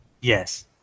Yes